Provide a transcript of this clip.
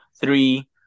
three